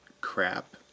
crap